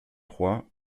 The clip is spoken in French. trois